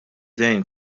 dejn